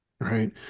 Right